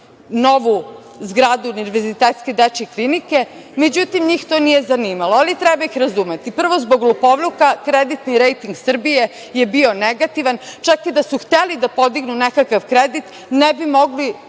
novu zgradu Univerzitetske dečje klinike, međutim, to njih nije zanimalo, ali ih treba razumeti. Prvo, zbog lopovluka kreditni rejting Srbije je bio negativan, čak i da su hteli da podignu nekakav kredit ne bi mogli